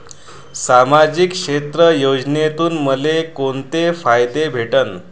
सामाजिक क्षेत्र योजनेतून मले कोंते फायदे भेटन?